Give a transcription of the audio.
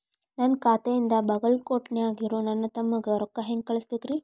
ನನ್ನ ಖಾತೆಯಿಂದ ಬಾಗಲ್ಕೋಟ್ ನ್ಯಾಗ್ ಇರೋ ನನ್ನ ತಮ್ಮಗ ರೊಕ್ಕ ಹೆಂಗ್ ಕಳಸಬೇಕ್ರಿ?